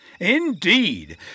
Indeed